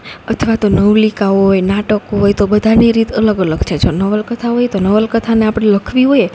અથવા તો નવલિકા હોય નાટકો હોય તો બધાની રીત અલગ અલગ છે જો નવલકથા હોય તો નવલકથાને આપણે લખવી હોય